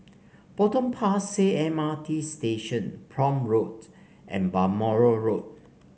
Potong Pasir M R T Station Prome Road and Balmoral Road